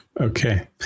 okay